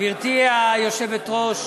גברתי היושבת-ראש,